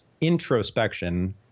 introspection